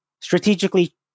strategically